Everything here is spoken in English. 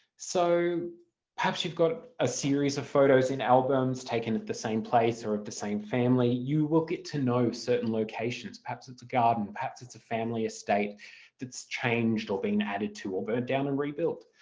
so perhaps you've got a series of photos in albums taken at the same place or of the same family. you will get to know certain locations, perhaps it's a garden, perhaps it's a family estate that's changed or been added to or burnt down and rebuilt,